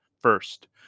first